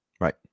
Right